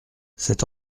cette